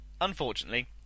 Unfortunately